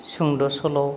सुंद' सल'